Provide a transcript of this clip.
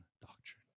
doctrine